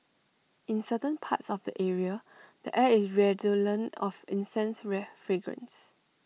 in certain parts of the area the air is redolent of incense fragrance